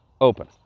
open